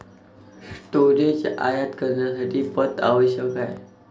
storage आयात करण्यासाठी पथ आवश्यक आहे